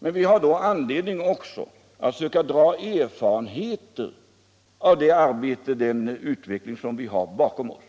men vi har då anledning att också söka dra lärdom av den utveckling som vi har bakom oss